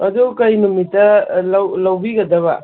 ꯑꯗꯨ ꯀꯔꯤ ꯅꯨꯃꯤꯠꯇ ꯂꯧꯕꯤꯒꯗꯕ